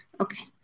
Okay